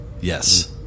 Yes